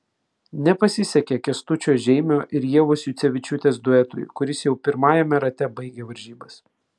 nepasisekė kęstučio žeimio ir ievos jucevičiūtės duetui kuris jau pirmajame rate baigė varžybas